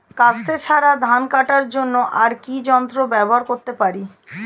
কাস্তে ছাড়া ধান কাটার জন্য আর কি যন্ত্র ব্যবহার করতে পারি?